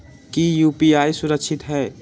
की यू.पी.आई सुरक्षित है?